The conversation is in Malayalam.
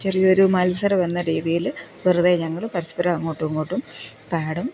ചെറിയൊരു മത്സരം എന്ന രീതിയില് വെറുതെ ഞങ്ങള് പരസ്പരം അങ്ങോട്ടും ഇങ്ങോട്ടും പാടും